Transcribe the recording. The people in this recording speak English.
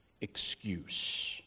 excuse